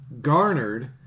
garnered